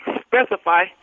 specify